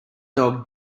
dog